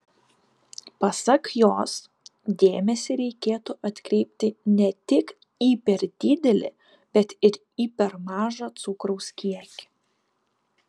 pasak jos dėmesį reikėtų atkreipti ne tik į per didelį bet ir į per mažą cukraus kiekį